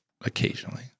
occasionally